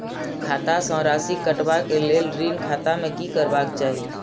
खाता स राशि कटवा कै लेल ऋण खाता में की करवा चाही?